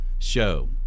Show